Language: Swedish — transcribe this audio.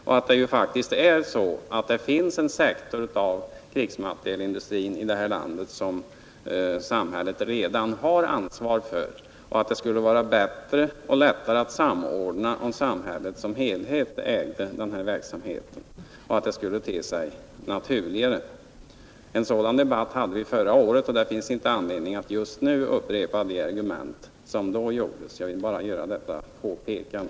Det finns ju faktiskt en sektor av krigsmaterielindustrin i det här landet som samhället redan har ansvar för. Det skulle vara bättre och lättare att samordna, om samhället ägde denna verksamhet som helhet — det skulle te sig naturligare. En debatt om dessa frågor hade vi förra året, och det finns ingen anledning att just nu upprepa de argument som då framfördes. Jag ville bara göra detta påpekande.